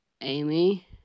Amy